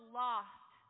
lost